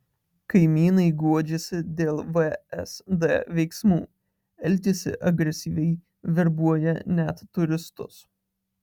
kaimynai guodžiasi dėl vsd veiksmų elgiasi agresyviai verbuoja net turistus